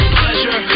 pleasure